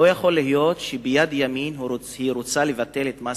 לא יכול להיות שביד ימין היא רוצה לבטל את מס